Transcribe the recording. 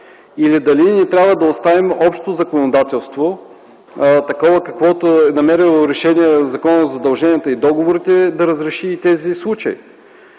този казус или да оставим общото законодателство, каквото е намерило решение в Закона за задълженията и договорите, да разреши и тези случаи.